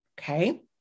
Okay